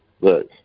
Look